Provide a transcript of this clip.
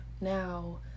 now